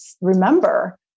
remember